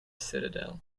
citadel